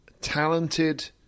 talented